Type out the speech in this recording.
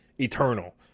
eternal